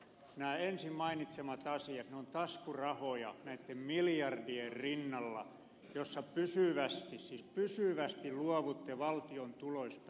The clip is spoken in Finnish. nämä ensin mainitsemani asiat ovat taskurahoja näitten miljardien rinnalla joissa pysyvästi siis pysyvästi luovutte valtion tuloista